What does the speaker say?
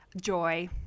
joy